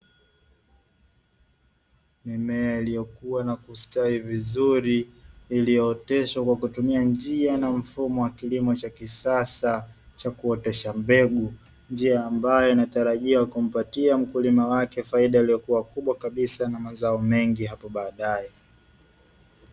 Mimea iliyokua na kustawi vizuri iliyooteshwa kwa kutumia njia na mfumo wa kilimo cha kisasa cha kuotesha mbegu, njia ambayo inatarajia kumpatia mkulima wake faida aliyokuwa kubwa kabisa na mazao mengi hapo baadaye.